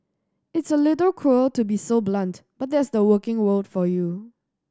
it's a little cruel to be so blunt but that's the working world for you